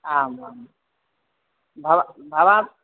आम् आम् भवान् भवान्